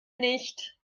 nicht